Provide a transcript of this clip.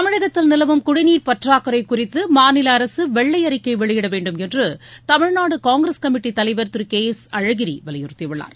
தமிழகத்தில் நிலவும் குடிநீர் பற்றாக்குறை குறித்து மாநில அரசு வெள்ளை அறிக்கை வெளியிட வேண்டும் என்று தமிழ்நாடு காங்கிரஸ் கமிட்டித் தலைவர் திரு கே எஸ் அழகிரி வலியுறுத்தியுள்ளார்